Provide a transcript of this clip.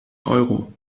euro